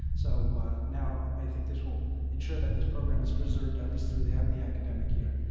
so now i think this will ensure that this program is preserved at least throughout the academic year.